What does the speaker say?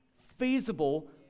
feasible